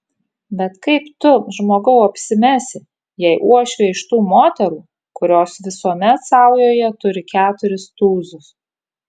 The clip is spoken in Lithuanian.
bet kaip tu žmogau apsimesi jei uošvė iš tų moterų kurios visuomet saujoje turi keturis tūzus